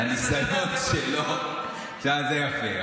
המסעדות שלו, שמע, זה יפה.